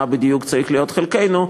מה בדיוק צריך להיות חלקנו,